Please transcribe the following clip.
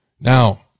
Now